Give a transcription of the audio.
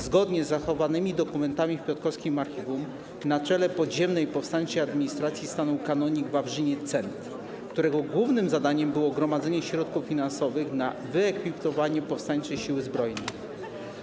Zgodnie z zachowanymi dokumentami w piotrkowskim archiwum na czele podziemnej powstańczej administracji stanął kanonik Wawrzyniec Cent, którego głównym zadaniem było gromadzenie środków finansowych na wyekwipowanie powstańczej siły zbrojnej.